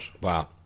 Wow